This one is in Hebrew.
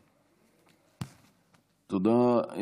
תודה.